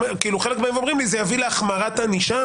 חלק מהם אומרים לי שזה יביא להחמרת ענישה.